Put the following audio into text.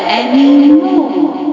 anymore